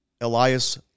Elias